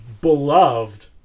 beloved